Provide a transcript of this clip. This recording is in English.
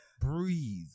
breathe